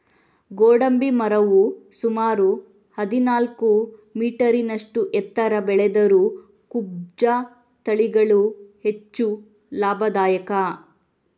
ಗೋಡಂಬಿ ಮರವು ಸುಮಾರು ಹದಿನಾಲ್ಕು ಮೀಟರಿನಷ್ಟು ಎತ್ತರ ಬೆಳೆದರೂ ಕುಬ್ಜ ತಳಿಗಳು ಹೆಚ್ಚು ಲಾಭದಾಯಕ